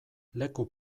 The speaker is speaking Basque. leku